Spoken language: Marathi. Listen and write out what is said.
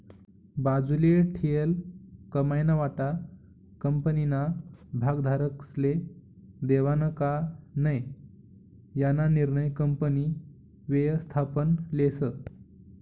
बाजूले ठीयेल कमाईना वाटा कंपनीना भागधारकस्ले देवानं का नै याना निर्णय कंपनी व्ययस्थापन लेस